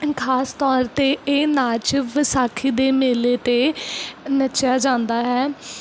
ਖਾਸ ਤੌਰ 'ਤੇ ਇਹ ਨਾਚ ਵਿਸਾਖੀ ਦੇ ਮੇਲੇ 'ਤੇ ਨੱਚਿਆ ਜਾਂਦਾ ਹੈ